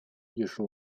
艺术